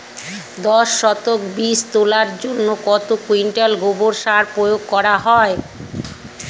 দশ শতক বীজ তলার জন্য কত কুইন্টাল গোবর সার প্রয়োগ হয়?